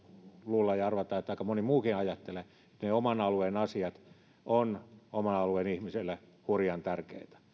luulla ja arvata että aika moni muukin ajattelee että ne oman alueen asiat ovat oman alueen ihmisille hurjan tärkeitä